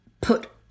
put